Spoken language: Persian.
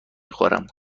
خورم